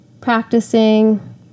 Practicing